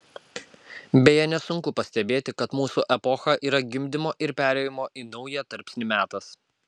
beje nesunku pastebėti kad mūsų epocha yra gimdymo ir perėjimo į naują tarpsnį metas